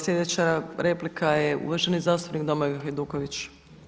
Sljedeća replika je uvaženi zastupnik Domagoj Hajduković.